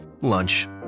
Lunch